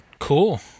Cool